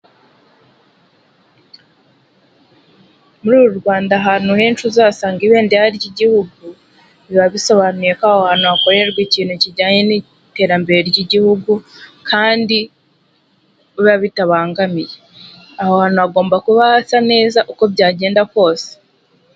Muri uru Rwanda, ahantu henshi uzasanga ibendera ry'igihugu, biba bisobanuye ko aho hantu hakorerwa ikintu kijyanye n'iterambere ry'igihugu kandi biba bitabangamiye, aho hantu hagomba kuba hasa neza uko byagenda kose.